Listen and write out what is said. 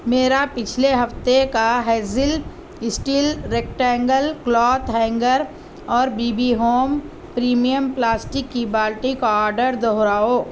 میرا پچھلے ہفتے کا Hazel steel rectangle cloth hanger اور B B home premium plastic کی بالٹی کا آڈر دوہراؤ